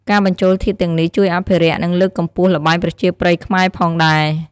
ការបញ្ចូលធាតុទាំងនេះជួយអភិរក្ស និងលើកកម្ពស់ល្បែងប្រជាប្រិយខ្មែរផងដែរ។